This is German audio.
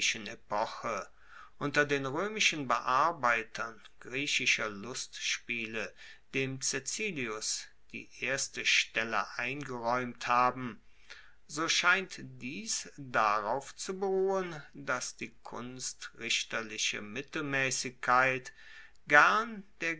unter den roemischen bearbeitern griechischer lustspiele dem caecilius die erste stelle eingeraeumt haben so scheint dies darauf zu beruhen dass die kunstrichterliche mittelmaessigkeit gern